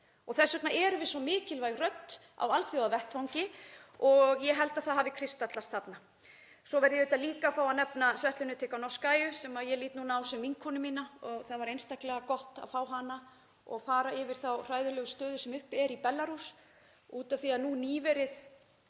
Þess vegna erum við svo mikilvæg rödd á alþjóðavettvangi og ég held að það hafi kristallast þarna. Ég verð líka að fá að nefna Svetlönu Tsíkhanovskaju sem ég lít á sem vinkonu mína. Það var einstaklega gott að fá hana og fara yfir þá hræðilegu stöðu sem uppi er í Belarús. Nýverið